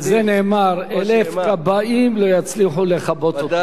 על זה נאמר: אלף כבאים לא יצליחו לכבות אותי.